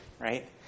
right